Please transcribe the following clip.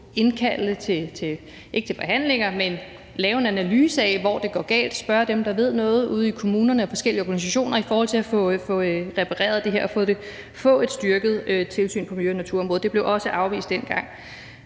indkalde ikke til forhandlinger, men lave en analyse af, hvor det går galt, spørge dem, der ved noget ude i kommunerne, og forskellige organisationer i forhold til at få det her repareret og få et styrket tilsyn på miljø- og naturområdet. Det blev også afvist dengang.